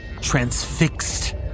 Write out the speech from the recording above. transfixed